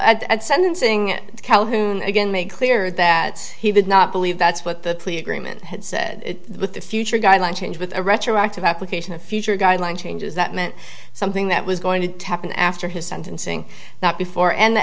at sentencing calhoun again made clear that he did not believe that's what the plea agreement had said but the future guideline changed with a retroactive application a future guideline changes that meant something that was going to tap in after his sentencing not before and the